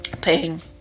pain